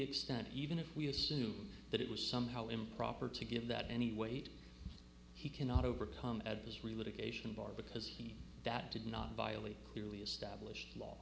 extent even if we assume that it was somehow improper to give that any weight he cannot overcome at his real it occasion bar because he that did not violate clearly established law